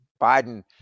Biden